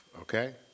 okay